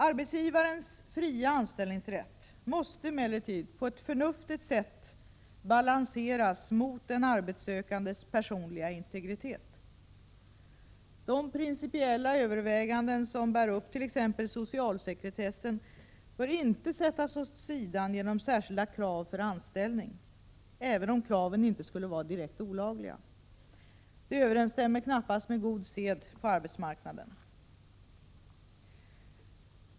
Arbetsgivarens fria anställningsrätt måste emellertid på ett förnuftigt sätt balanseras mot den arbetssökandes personliga integritet. De principiella överväganden som bär upp t.ex. socialsekretessen bör inte sättas åt sidan genom särskilda krav för anställning, även om kraven inte skulle vara direkt olagliga. Det överensstämmer knappast med god sed på arbetsmarknaden.